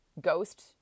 ghost